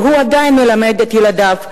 והוא עדיין מלמד את ילדיו,